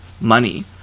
money